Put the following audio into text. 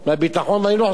אני אומר לכם,